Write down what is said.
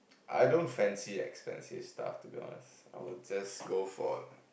I don't fancy expensive stuff to be honest I would just go for